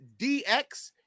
dx